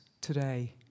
today